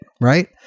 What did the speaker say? right